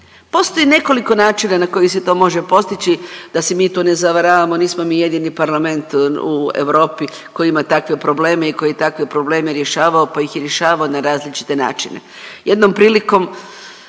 Postoji nekoliko načina na koji se to može postići, da se mi tu ne zavaravamo, nismo mi jedini parlament u Europi koji ima takve probleme i koji je takve probleme rješavao pa ih je rješavao na različite načine.